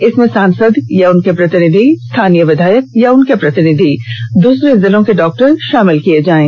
इसमें सांसद या उनके प्रतिनिधि स्थानीय विधायक या उनके प्रतिनिधि दूसरे जिलों के डॉक्टर शामिल किए जाएंगे